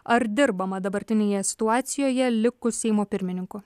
ar dirbama dabartinėje situacijoje likus seimo pirmininku